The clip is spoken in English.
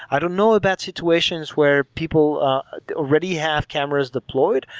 i don't know about situations where people already have cameras deployed,